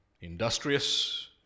industrious